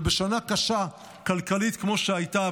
ובשנה קשה כלכלית כמו שהייתה,